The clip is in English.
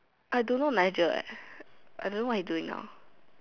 I don't know Nigel leh I don't know what he doing now